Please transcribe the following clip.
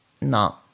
no